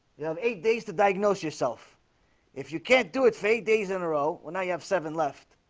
you have eight days to diagnose yourself if you can't do it say days in a row well now you have seven left